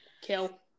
Kill